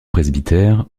presbytère